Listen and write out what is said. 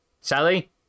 Sally